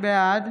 בעד